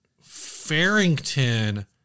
Farrington